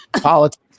politics